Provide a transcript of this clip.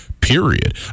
period